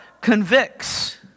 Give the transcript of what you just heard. convicts